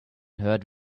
hurt